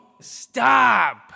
stop